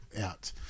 out